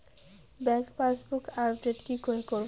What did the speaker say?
Bank passbook update কি করে করবো?